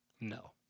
No